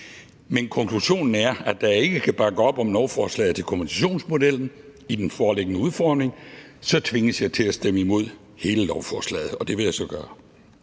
Men konklusionen er, at da jeg ikke kan bakke op om kompensationsmodellen i lovforslaget i dens foreliggende udformning, så tvinges jeg til at stemme imod hele lovforslaget, og det vil jeg så gøre.